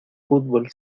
fútbol